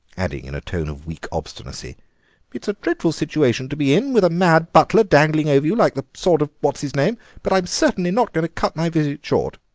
adding in a tone of weak obstinacy it's a dreadful situation to be in, with a mad butler dangling over you like the sword of what's-his-name, but i'm certainly not going to cut my visit short.